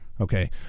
Okay